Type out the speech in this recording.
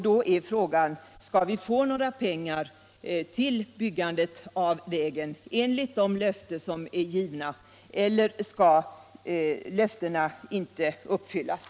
Då är frågan: Skall vi få några pengar till byggandet av vägen enligt de löften som är givna eller skall löftena inte uppfyllas?